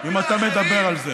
אם אתה מדבר על זה.